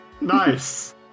Nice